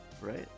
right